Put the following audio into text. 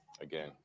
again